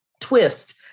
twist